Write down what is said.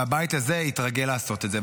והבית הזה התרגל לעשות את זה.